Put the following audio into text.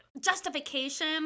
justification